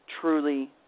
truly